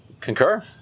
concur